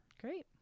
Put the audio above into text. Great